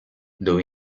dove